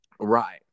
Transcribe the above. right